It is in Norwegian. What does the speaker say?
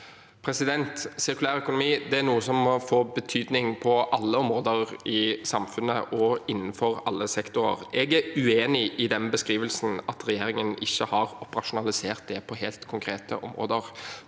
Sir- kulær økonomi er noe som må få betydning på alle områder i samfunnet og innenfor alle sektorer. Jeg er uenig i den beskrivelsen at regjeringen ikke har operasjonalisert det på helt konkrete områder.